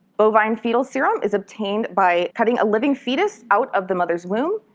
bovine fetal serum is obtained by cutting a living fetus out of the mother's womb,